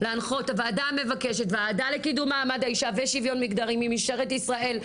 הוועדה לקידום מעמד האישה ושוויון מגדרי מבקשת ממשטרת ישראל,